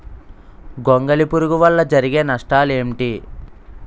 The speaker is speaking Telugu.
గొంగళి పురుగు వల్ల జరిగే నష్టాలేంటి?